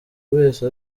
wese